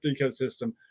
ecosystem